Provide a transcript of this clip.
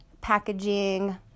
packaging